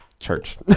Church